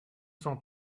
cent